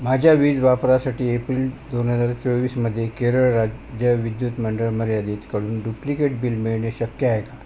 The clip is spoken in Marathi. माझ्या वीज वापरासाठी एप्रिल दोन हजार चोवीसमध्ये केरळ राज्य विद्युत मंडळमर्यादितकडून डुप्लिकेट बिल मिळणे शक्य आहे का